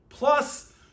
plus